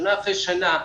שנה אחר שנה,